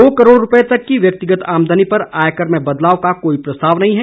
दो करोड़ रूपये तक की व्यक्तिगत आमदनी पर आयकर में बदलाव का कोई प्रस्ताव नहीं है